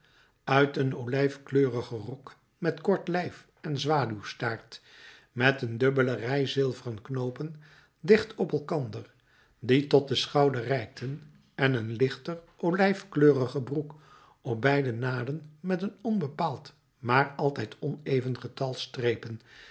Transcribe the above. uit een olijfkleurigen rok met kort lijf en zwaluwstaart met een dubbele rij zilveren knoopen dicht op elkander die tot den schouder reikten en een lichter olijfkleurige broek op beide naden met een onbepaald maar altijd oneven getal strepen